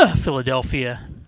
Philadelphia